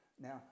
Now